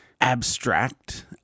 abstract